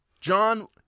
John